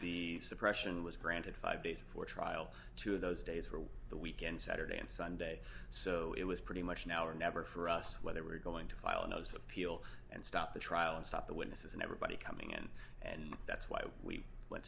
the suppression was granted five days before trial two of those days were the weekend saturday and sunday so it was pretty much now or never for us whether we're going to file a notice of appeal and stop the trial and stop the witnesses and everybody coming in and that's why we went